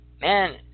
Man